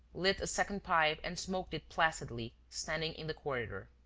lit a second pipe and smoked it placidly, standing, in the corridor.